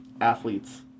athletes